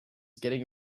getting